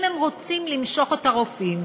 אם הם רוצים למשוך את הרופאים,